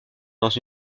dans